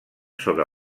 sobre